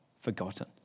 forgotten